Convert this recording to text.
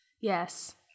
Yes